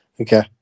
Okay